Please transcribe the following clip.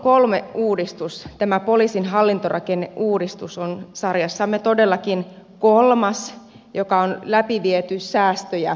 pora iii uudistus poliisin hallintorakenneuudistus on sarjassamme todellakin kolmas joka on läpiviety säästöjä hakien